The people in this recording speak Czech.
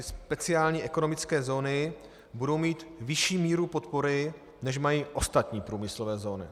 Speciální ekonomické zóny budou mít vyšší míru podpory, než mají ostatní průmyslové zóny.